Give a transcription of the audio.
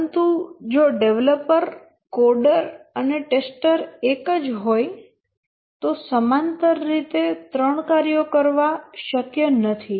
પરંતુ જો developer coder અને ટેસ્ટર એક જ હોય તો સમાંતર રીતે ત્રણ કાર્યો કરવા શક્ય નથી